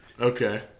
Okay